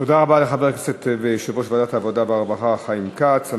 תודה רבה לחבר הכנסת ויושב-ראש ועדת העבודה והרווחה חיים כץ.